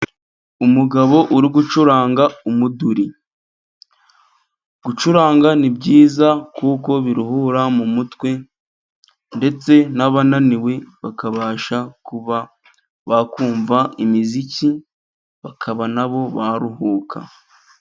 Umugabo uri gucuranga umuduri. Gucuranga ni byiza kuko biruhura mu mutwe, ndetse n'abananiwe bakabasha kuba bakumva imiziki bakaba na bo baruhuka.